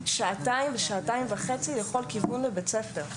שעתיים ושעתיים וחצי לכל כיוון לבית הספר,